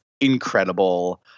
incredible